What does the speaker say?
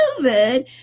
COVID